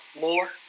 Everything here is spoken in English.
more